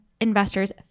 investors